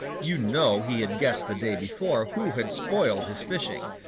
you know he had guessed the day before who had spoiled his fishing.